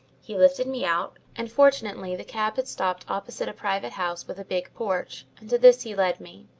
he lifted me out, and fortunately the cab had stopped opposite a private house with a big porch, and to this he led me.